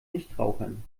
nichtrauchern